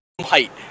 Height